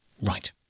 Right